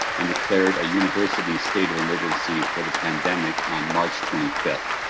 and declared a university state of emergency for the pandemic on march twenty fifth.